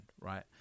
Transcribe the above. right